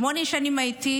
שמונה שנים הייתי